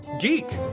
geek